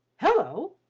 hello!